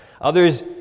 Others